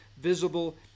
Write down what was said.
visible